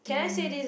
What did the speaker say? mm